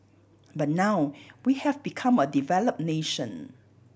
but now we have become a developed nation